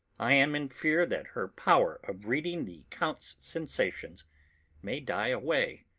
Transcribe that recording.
i am in fear that her power of reading the count's sensations may die away,